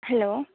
hello